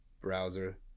browser